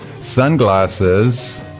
Sunglasses